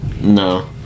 No